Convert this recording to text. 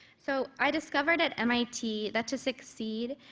so i discovered at mit that to succeed,